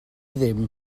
ddim